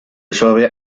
suabia